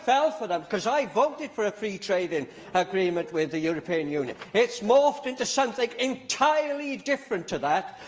for for them because i voted for a free trading agreement with the european union. it's morphed into something entirely different to that.